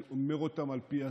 אני אומר אותם על פי הסדר,